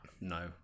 No